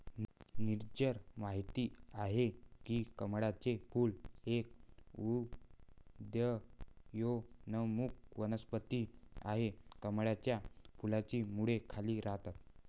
नीरजल माहित आहे की कमळाचे फूल एक उदयोन्मुख वनस्पती आहे, कमळाच्या फुलाची मुळे खाली राहतात